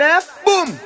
Boom